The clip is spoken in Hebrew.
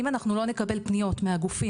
אם אנחנו לא נקבל פניות מהגופים,